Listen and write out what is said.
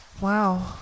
Wow